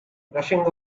rushing